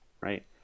right